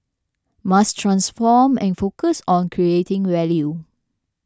must transform and focus on creating value